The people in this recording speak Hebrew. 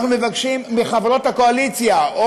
אנחנו מבקשים מחברות הקואליציה או